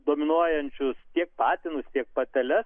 dominuojančius tiek patinus tiek pateles